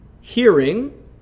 hearing